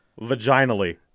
vaginally